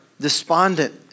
despondent